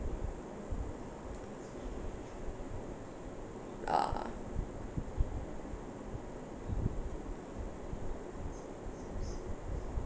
ah